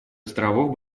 островов